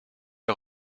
les